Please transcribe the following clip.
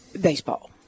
Baseball